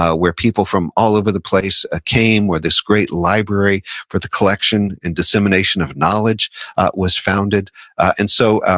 ah where people from all over the place ah came, where this great library for the collection and dissemination of knowledge was founded and so,